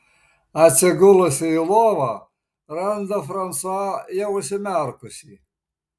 atsigulusi į lovą randa fransua jau užsimerkusį